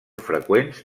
freqüents